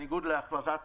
בניגוד להחלטת